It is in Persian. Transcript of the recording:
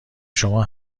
شما